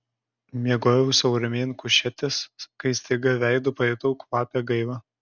miegojau sau ramiai ant kušetės kai staiga veidu pajutau kvapią gaivą